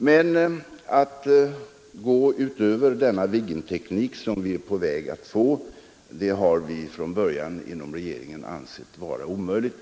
Att gå längre i vad avser den Viggenteknik som vi är på väg att få har vi inom regeringen från början ansett vara omöjligt.